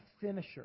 finisher